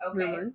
okay